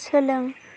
सोलों